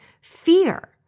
fear